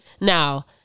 Now